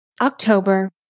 October